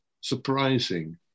surprising